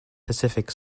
pacific